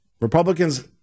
Republicans